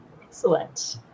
Excellent